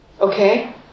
Okay